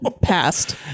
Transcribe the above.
passed